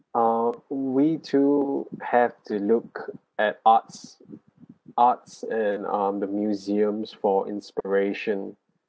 uh we too have to look at arts arts and um the museums for inspiration